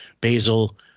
basil